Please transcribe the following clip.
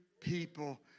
people